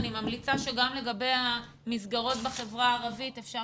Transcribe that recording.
אני ממליצה שגם לגבי המסגרות בחברה הערבית אפשר